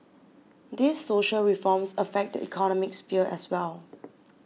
these social reforms affect the economic sphere as well